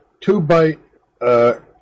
two-byte